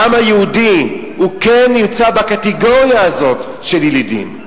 העם היהודי כן נמצא בקטגוריה הזאת, של ילידים.